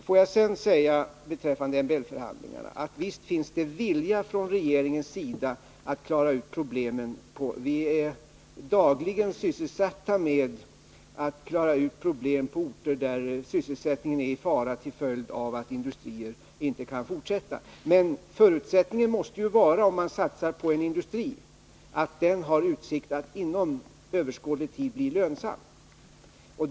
Får jag sedan säga beträffande MBL-förhandlingarna att visst finns det vilja från regeringens sida att klara ut problemen. Vi är dagligen sysselsatta med att söka lösa problem på orter där sysselsättningen är i fara till följd av att industrier inte kan fortsätta driften. Men om man satsar på en industri måste förutsättningen vara att den inom överskådlig framtid har utsikt att bli lönsam.